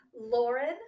lauren